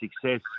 success